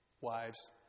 wives